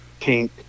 pink